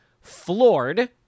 floored